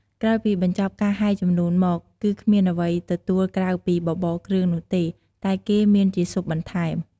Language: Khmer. ក្រោយពីបញ្ចប់ការហែជំនូនមក គឺគ្មានអ្វីទទួលក្រៅពីបបរគ្រឿងនោះទេ តែគេមានជាស៊ុបបន្ថែម។